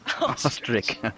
Ostrich